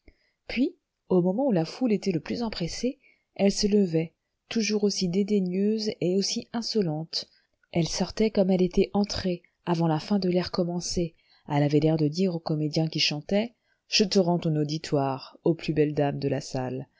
puis au moment où la foule était le plus empressée elle se levait toujours aussi dédaigneuse et aussi insolente elle sortait comme elle était entrée avant la fin de l'air commencé elle avait l'air de dire au comédien qui chantait je te rends ton auditoire aux plus belles dames de la salle